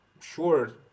sure